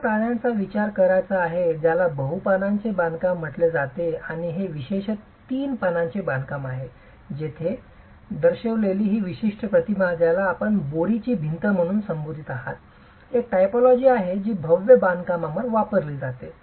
इतर प्राण्यांचा विचार करायचा आहे ज्याला बहु पानांचे बांधकाम म्हटले जाते आणि हे विशेषत तीन पानांचे बांधकाम आहे जेथे आपण येथे दर्शविलेली ही विशिष्ट प्रतिमा ज्याला आपण बोरीची भिंत म्हणून संबोधित आहात एक टायपोलॉजी आहे जी भव्य बांधकामांवर वापरली जाते